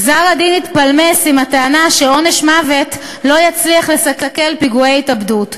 גזר-הדין התפלמס עם הטענה שעונש מוות לא יצליח לסכל פיגועי התאבדות.